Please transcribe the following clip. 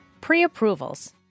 pre-approvals